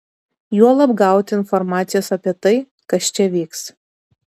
juolab gauti informacijos apie tai kas čia vyks